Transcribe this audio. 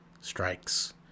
strikes